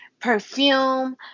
perfume